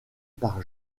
par